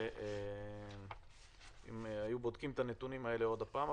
אם היו בודקים את הנתונים האלה עוד פעם.